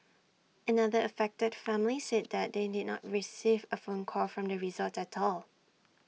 another affected family said that they did not receive A phone call from the resort at all